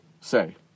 say